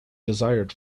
desired